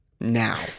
now